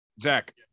Zach